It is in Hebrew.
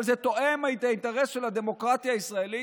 אבל זה תואם את האינטרס של הדמוקרטיה הישראלית,